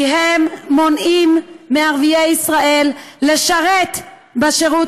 כי הם מונעים מערביי ישראל לשרת בשירות